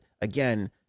again